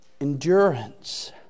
endurance